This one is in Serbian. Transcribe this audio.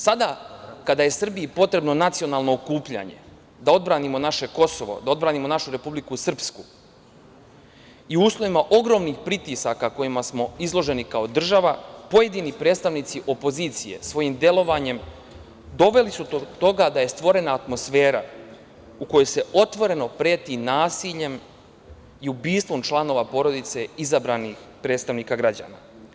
Sada kada je Srbiji potrebno nacionalno okupljanje da odbranimo naše Kosovo, da odbranimo našu Republike Srpsku i u uslovima ogromnih pritisaka kojima smo izloženi kao država pojedini predstavnici opozicije svojim delovanjem doveli su do toga da je stvorena atmosfera u kojoj se otvoreno preti nasiljem i ubistvom članova porodice izabranih predstavnika građana.